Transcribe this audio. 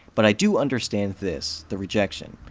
but i do understand this, the rejection.